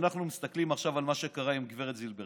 כשאנחנו מסתכלים עכשיו על מה שקרה עם גב' זילבר.